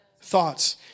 thoughts